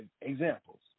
examples